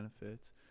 benefits